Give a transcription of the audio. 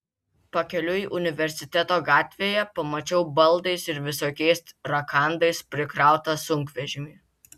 pakeliui universiteto gatvėje pamačiau baldais ir visokiais rakandais prikrautą sunkvežimį